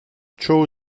çoğu